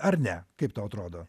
ar ne kaip tau atrodo